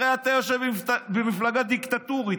הרי אתה יושב במפלגה דיקטטורית.